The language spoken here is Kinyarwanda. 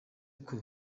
ati